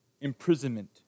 imprisonment